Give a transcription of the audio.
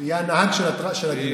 יהיה הנהג של ה-D-9.